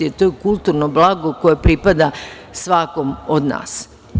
To je kulturno blago koje pripada svakom od nas.